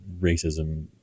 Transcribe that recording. racism